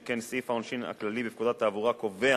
שכן סעיף העונשין הכללי בפקודת התעבורה קובע